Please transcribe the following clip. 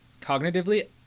cognitively